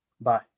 bye